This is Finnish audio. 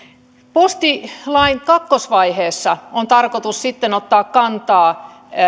postilain kakkosvaiheessa on sitten tarkoitus ottaa kantaa